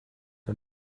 are